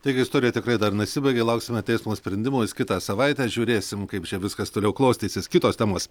taigi istorija tikrai dar nesibaigė lauksime teismo sprendimo jis kitą savaitę žiūrėsim kaip čia viskas toliau klostysis kitos temos